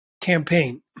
campaign